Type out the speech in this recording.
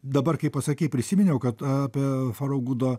dabar kai pasakei prisiminiau kad apie faraugudo